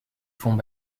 fonts